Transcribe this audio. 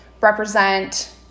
represent